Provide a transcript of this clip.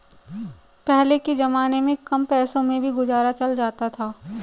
पहले के जमाने में कम पैसों में भी गुजारा चल जाता था